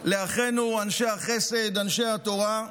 לאחינו אנשי החסד, אנשי התורה,